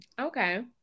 okay